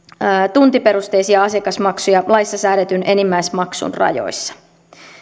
tuntiperusteisia asiakasmaksuja laissa säädetyn enimmäismaksun rajoissa